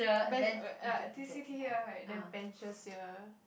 bench uh t_c_t here right then benches here